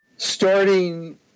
Starting